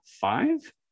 five